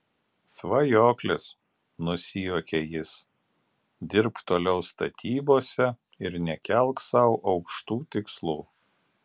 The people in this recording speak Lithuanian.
svajoklis nusijuokia jis dirbk toliau statybose ir nekelk sau aukštų tikslų